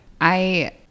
I-